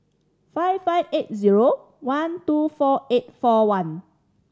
five five eight zero one two four eight four one